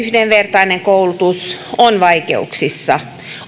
yhdenvertainen koulutus on vaikeuksissa